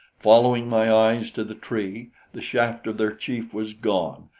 following my eyes to the tree the shaft of their chief was gone,